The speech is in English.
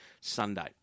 Sunday